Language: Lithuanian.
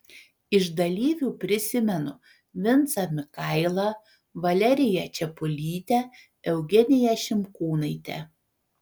iš dalyvių prisimenu vincą mikailą valeriją čepulytę eugeniją šimkūnaitę